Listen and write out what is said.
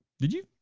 did you,